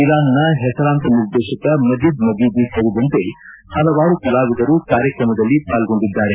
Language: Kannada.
ಇರಾನ್ ಹೆಸರಾಂತ ನಿರ್ದೇಶಕ ಮಜಿದ್ ಮಜೀದಿ ಸೇರಿದಂತೆ ಹಲವಾರು ಕಲಾವಿದರು ಕಾರ್ಯಕ್ರಮದಲ್ಲಿ ಪಾಲ್ಗೊಂಡಿದ್ದಾರೆ